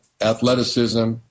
athleticism